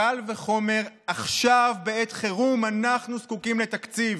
קל וחומר עכשיו, בעת חירום, אנחנו זקוקים לתקציב.